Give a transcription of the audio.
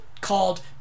Called